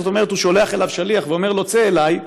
זאת אומרת הוא שולח אליו שליח ואומר לו: צא אלי.